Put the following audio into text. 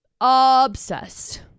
Obsessed